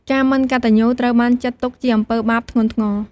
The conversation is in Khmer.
ការមិនកតញ្ញូត្រូវបានចាត់ទុកជាអំពើបាបធ្ងន់ធ្ងរ។